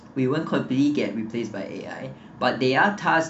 we won't completely get replaced by A_I but there're tasks